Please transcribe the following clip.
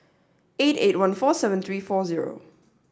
eight eight one four seven three four zero